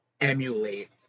emulate